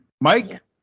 Mike